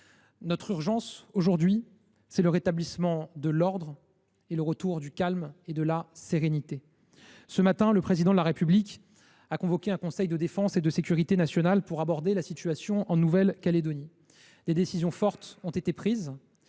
Notre urgence, aujourd’hui, c’est le rétablissement de l’ordre et le retour du calme et de la sérénité. Ce matin, le Président de la République a convoqué un conseil de défense et de sécurité nationale pour aborder la situation en Nouvelle Calédonie. Des décisions fortes ont été prises.